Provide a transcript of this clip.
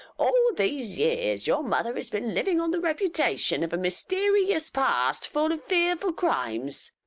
all these years your mother has been living on the reputation of a mysterious past full of fearful crimes.